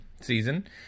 season